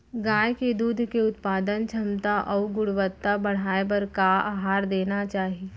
गाय के दूध के उत्पादन क्षमता अऊ गुणवत्ता बढ़ाये बर का आहार देना चाही?